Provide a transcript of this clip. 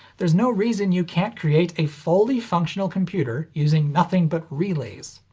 there's no reason you can't create a fully-functional computer using nothing but relays.